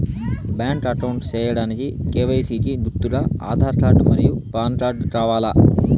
Bank account సేయడానికి KYC కి గుర్తుగా ఆధార్ కార్డ్ మరియు పాన్ కార్డ్ కావాలా?